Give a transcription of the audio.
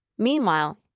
Meanwhile